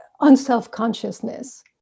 unself-consciousness